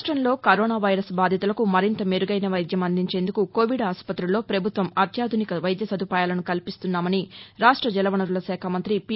రాష్ట్రంలో corona virus బాధితులకు మరింత మెరుగైన వైద్యం అందించేందుకు కోవిడ్ ఆసుపత్రులలో ప్రభుత్వం అత్యాధునిక సదుపాయాలను కల్పిస్తోందని రాష్ట జలవనరుల శాఖ మంతి పి